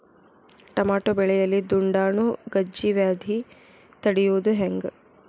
Tomato ಬೆಳೆಯಲ್ಲಿ ದುಂಡಾಣು ಗಜ್ಗಿ ವ್ಯಾಧಿ ತಡಿಯೊದ ಹೆಂಗ್?